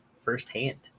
firsthand